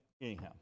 anyhow